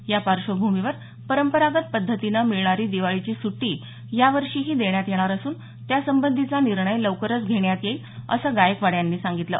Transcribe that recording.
या पार्श्वभूमीवर परंपरागत पद्धतीनं मिळणारी दिवाळीची सुट्टी या वर्षीही देण्यात येणार असून त्यासंबंधीचा निर्णय लवकरच घेण्यात येईल असं गायकवाड यांनी सांगितलं